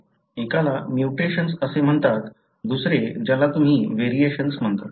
एकाला म्युटेशन्स असे म्हणतात दुसरे शब्द ज्याला तुम्ही व्हेरिएशन्स म्हणतो